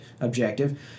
objective